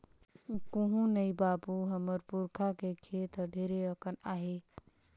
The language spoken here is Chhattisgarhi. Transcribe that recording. कुहू नइ बाबू, हमर पुरखा के खेत हर ढेरे अकन आहे